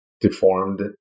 deformed